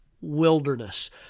wilderness